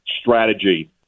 strategy